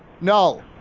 no